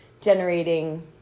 generating